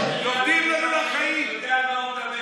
יושבים שם ביורוקרטים שיורדים לנו לחיים.